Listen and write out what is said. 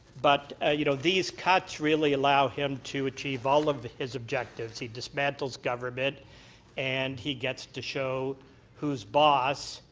but, you know, these cuts really allow him to achieve all of his objectives. he dismantles government and he gets to show who's boss,